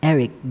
Eric